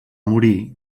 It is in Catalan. morir